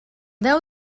deu